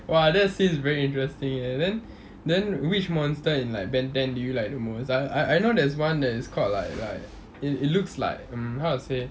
!wah! that's very interesting eh then then which monster in like ben ten do you like the mos~ I I I know there's one that's called like like it looks like mm how to say